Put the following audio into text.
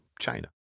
China